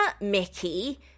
Mickey